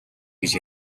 гэж